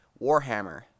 Warhammer